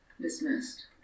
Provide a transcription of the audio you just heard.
Dismissed